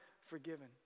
forgiven